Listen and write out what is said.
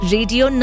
Radio